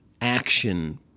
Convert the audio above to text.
action